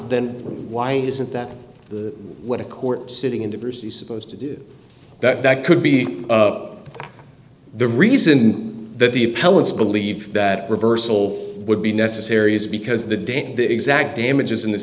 then why isn't that the what a court sitting in diversity is supposed to do that that could be the reason that the appellant's believe that reversal would be necessary is because the date the exact damages in this